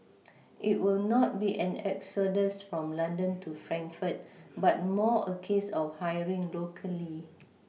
it will not be an exodus from London to Frankfurt but more a case of hiring locally